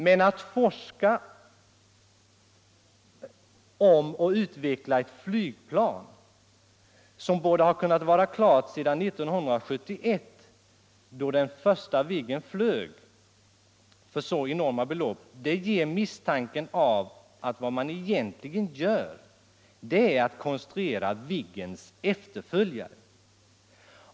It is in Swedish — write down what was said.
Men att forska om och utveckla ett flygplan, som borde ha kunnat vara klart sedan 1971 då den första Viggen flög, för så enorma belopp inger misstanken att vad man egentligen gör är att konstruera Viggens efterföljare.